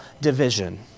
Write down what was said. division